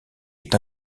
est